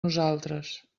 nosaltres